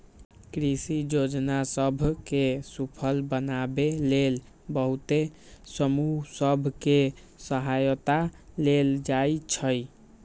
कृषि जोजना सभ के सूफल बनाबे लेल बहुते समूह सभ के सहायता लेल जाइ छइ